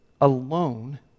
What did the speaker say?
alone